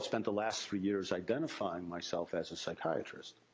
spent the last three years identifying myself as a psychiatrist.